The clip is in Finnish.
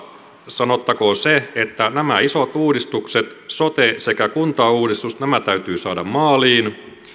sanottakoon se että nämä isot uudistukset sote sekä kuntauudistus täytyy saada maaliin